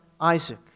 Isaac